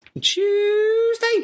Tuesday